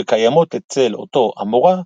שקיימות אצל אותו אמורא,